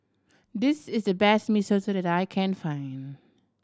this is the best Mee Soto that I can find